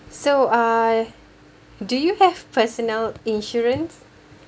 so uh do you have personal insurance